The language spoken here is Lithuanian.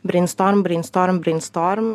breinstorm breinstorm breinstorm